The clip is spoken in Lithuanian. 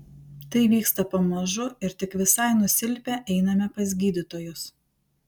tai vyksta pamažu ir tik visai nusilpę einame pas gydytojus